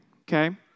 okay